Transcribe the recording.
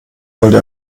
wollte